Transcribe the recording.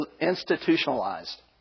institutionalized